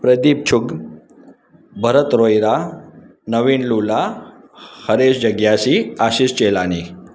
प्रदीप चुग भरत रोहिरा नवीन लुला हरेश जग्यासी आशीष चेलानी